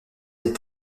des